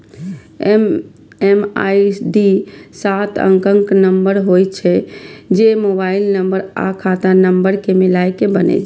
MMID सात अंकक number होइ छै, जे मोबाइल नंबर आ खाता नंबर कें मिलाके बनै छै